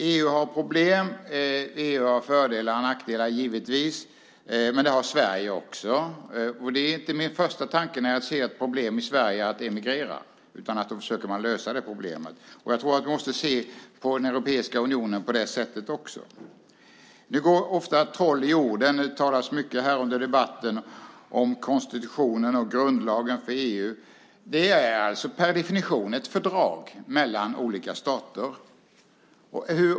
EU har problem. EU har givetvis fördelar och nackdelar, men det har Sverige också, och det är inte min första tanke när jag ser problem i Sverige att emigrera, utan då försöker man lösa problemet. Jag tror att vi måste se på Europeiska unionen på det sättet också. Det går ofta troll i orden. Det talas mycket här under debatten om konstitutionen och grundlagen för EU. Det är per definition ett fördrag mellan olika stater.